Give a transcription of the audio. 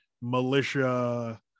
militia